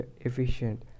efficient